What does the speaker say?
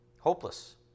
hopeless